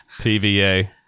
TVA